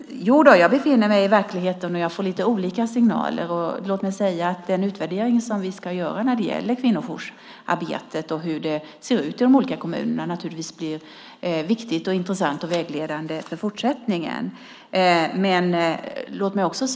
Jodå, jag befinner mig i verkligheten, och jag får lite olika signaler. Låt mig säga att den utvärdering som vi ska göra när det gäller kvinnojoursarbetet och hur det ser ut i de olika kommunerna naturligtvis blir viktigt, intressant och vägledande för fortsättningen.